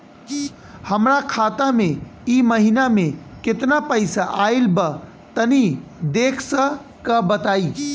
हमरा खाता मे इ महीना मे केतना पईसा आइल ब तनि देखऽ क बताईं?